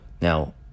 Now